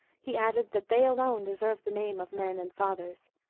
he added, that they alone deserved the name of men and fathers,